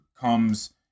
comes